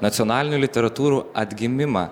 nacionalinių literatūrų atgimimą